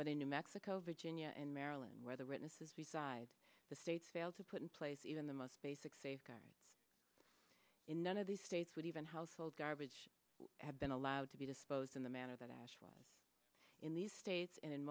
but in new mexico virginia and maryland where the written says besides the states failed to put in place even the most basic safeguards in none of these states would even household garbage have been allowed to be disposed in the manner that ash was in these states